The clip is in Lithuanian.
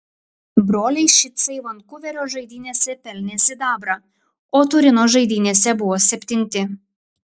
broliai šicai vankuverio žaidynėse pelnė sidabrą o turino žaidynėse buvo septinti